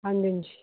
ਹਾਂਜੀ ਹਾਂਜੀ